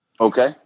Okay